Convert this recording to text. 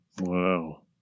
Wow